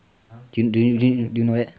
do you do you know that